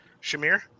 Shamir